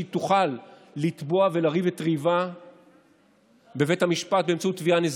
והיא תוכל לתבוע ולריב את ריבה בבית המשפט באמצעות תביעה נזיקית.